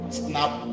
snap